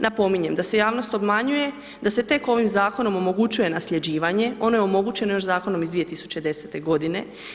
Napominjem, da se javnost obmanjuje, da se tek ovim Zakonom omogućuje nasljeđivanje, ono je omogućeno još Zakonom iz 2010.-te godine.